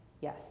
yes